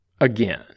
again